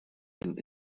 dem